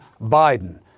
Biden